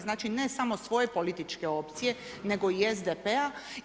Znači ne samo svoje političke opcije nego i SDP-a.